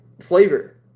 flavor